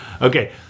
Okay